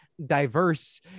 diverse